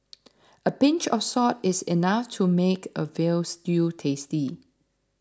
a pinch of salt is enough to make a Veal Stew tasty